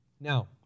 Now